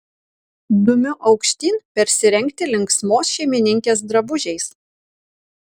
dumiu aukštyn persirengti linksmos šeimininkės drabužiais